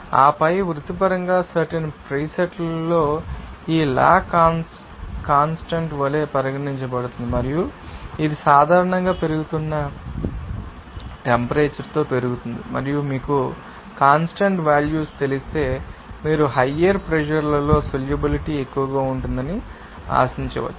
ఆపై వృత్తిపరంగా సర్టెన్ ప్రీసెట్లలో ఈ లా కాన్స్టాంట్ వలె పరిగణించబడుతుంది మరియు ఇది సాధారణంగా పెరుగుతున్న టెంపరేచర్ తో పెరుగుతుంది మరియు మీకు కాన్స్టాంట్ వాల్యూస్ తెలిస్తే మీరు హైయర్ ప్రెషర్ లలో సోల్యూబిలిటీ ఎక్కువగా ఉంటుందని ఆశించవచ్చు